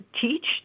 teach